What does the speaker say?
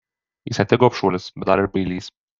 jis ne tik gobšuolis bet dar ir bailys